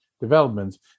developments